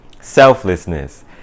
selflessness